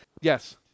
Yes